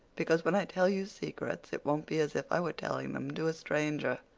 because when i tell you secrets it won't be as if i were telling them to a stranger.